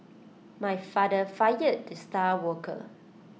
my father fired the star worker